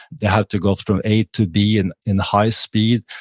they have to go from a to b in in high speed.